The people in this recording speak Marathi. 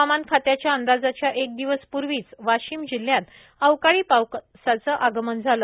हवामान खात्याच्या अंदाजाच्या एक दिवस पूर्वीच वाशीम जिल्ह्यात अवकाळी पावसाच आगमन झाल